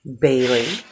Bailey